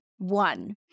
One